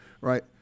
right